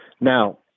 Now